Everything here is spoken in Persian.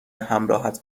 همراهت